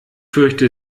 fürchte